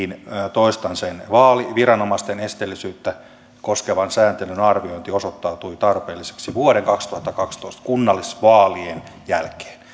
toistan sen vaaliviranomaisten esteellisyyttä koskevan sääntelyn arviointi osoittautui tarpeelliseksi vuoden kaksituhattakaksitoista kunnallisvaalien jälkeen